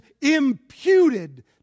imputed